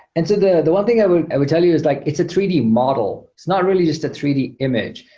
and so the the one thing i will i will tell you is like it's a three d model. it's not really just a three d image.